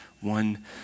one